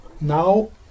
Now